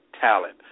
talent